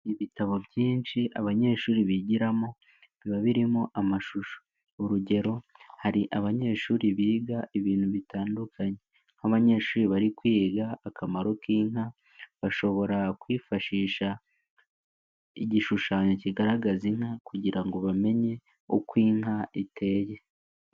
Ibitabo byinshi abanyeshuri bigiramo, biba birimo amashusho. Urugero hari abanyeshuri biga ibintu bitandukanye, nk'abanyeshuri bari kwiga akamaro k'inka bashobora kwifashisha, igishushanyo kigaragaza inka kugira ngo bamenye uko inka iteye.